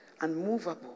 unmovable